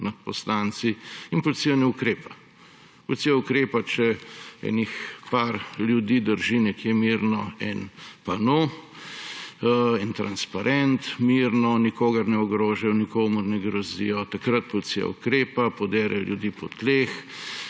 nad poslanci in policija ne ukrepa. Policija ukrepa, če nekaj ljudi drži nekje mirno en pano, en transparent, mirno, nikogar ne ogrožajo, nikomur ne grozijo. Takrat policija ukrepa, podere ljudi po tleh,